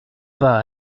pas